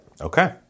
Okay